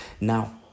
Now